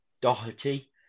Doherty